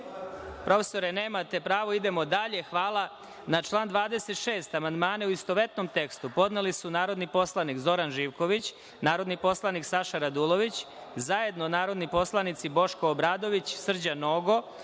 nemate pravo. Idemo dalje. Hvala. Na član 26. amandmane u istovetnom tekstu podneli su narodni poslanik Zoran Živković, narodni poslanik Saša Radulović, zajedno narodni poslanici Boško Obradović, Srđan Nogo,